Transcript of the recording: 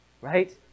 right